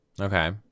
okay